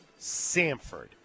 Samford